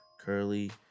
curly